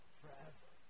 forever